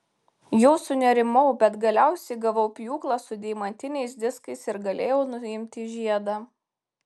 jau sunerimau bet galiausiai gavau pjūklą su deimantiniais diskais ir galėjau nuimti žiedą